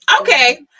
Okay